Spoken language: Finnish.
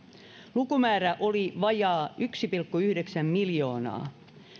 lukumäärä oli vajaa yksi pilkku yhdeksän miljoonaa